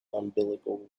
umbilical